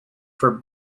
for